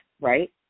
right